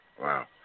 Wow